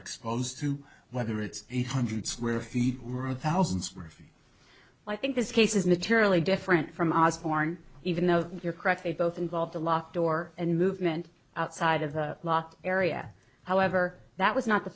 exposed to whether it's eight hundred square feet were a thousand square feet i think this case is materially different from osborne even though you're correct they both involve the locked door and movement outside of the law area however that was not the